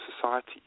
society